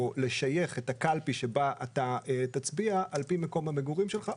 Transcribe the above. את הקלפי שבה תצביע על פי מקום המגורים שלך,